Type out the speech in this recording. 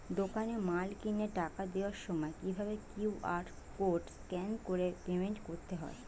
দোকানে মাল কিনে টাকা দেওয়ার সময় কিভাবে কিউ.আর কোড স্ক্যান করে পেমেন্ট করতে হয়?